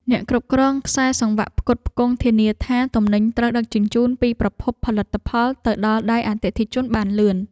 អ្នកគ្រប់គ្រងខ្សែសង្វាក់ផ្គត់ផ្គង់ធានាថា ទំនិញត្រូវដឹកជញ្ជូនពីប្រភពផលិតទៅដល់ដៃអតិថិជនបានលឿន។